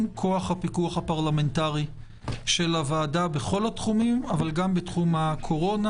כוח הפיקוח הפרלמנטרי של הוועדה בכל התחומים אבל גם בתחום הקורונה.